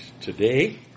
today